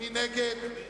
מפעלי מים,